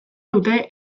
dute